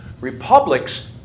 republics